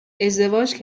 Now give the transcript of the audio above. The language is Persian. ازدواج